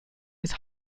his